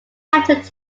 captured